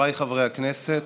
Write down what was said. חבריי חברי הכנסת,